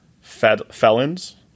felons